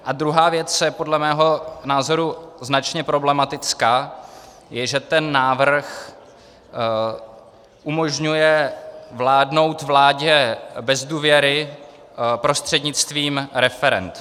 A druhá věc, která je podle mého názoru značně problematická, je, že ten návrh umožňuje vládnout vládě bez důvěry prostřednictvím referend.